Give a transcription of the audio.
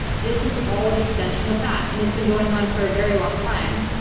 this is all an extension of that and it's been going on for a very long time.